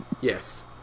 Yes